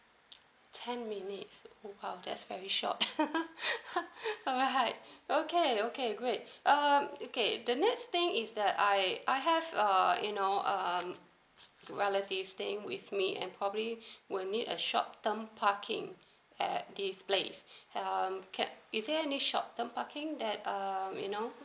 ten minutes oh !wow! that's very short alright okay okay great um okay the next thing is that I I have err you know um relative staying with me and probably would need a short term parking at this place um can is there any short term parking that uh you know